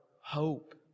hope